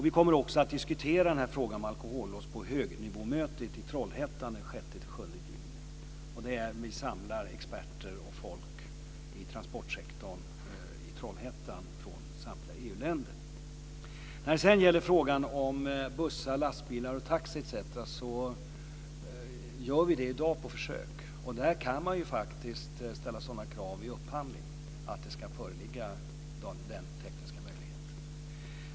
Vi kommer också att diskutera frågan om alkolås på högnivåmötet i Trollhättan den 6-7 juni. Där vill jag samla experter och folk i transportsektorn från samtliga EU-länder. När det gäller frågan om alkolås i bussar, lastbilar och taxi etc. görs det i dag sådana försök. Där kan man ställa sådana krav vid upphandling att den tekniska möjligheten ska föreligga.